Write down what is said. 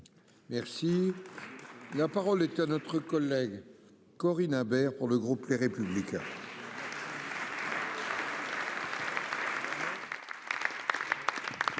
Merci. La parole est à notre collègue Corinne Imbert pour le groupe Les Républicains.